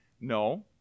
no